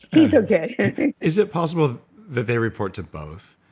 he's okay is it possible that they report to both?